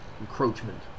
Encroachment